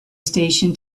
station